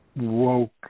woke